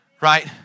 right